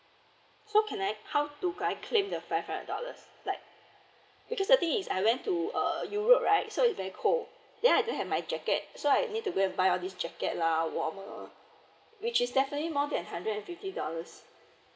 so can I how do I claim the five hundred dollars like because the thing is I went to uh euro right so it is very cold then I don't have my jacket so I need to go and buy this jacket lah to warmer which is definitely more than hundred and fifty dollars